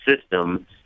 system